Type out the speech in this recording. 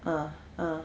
ah ah